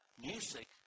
music